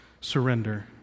surrender